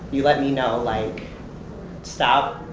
you let me know like stop,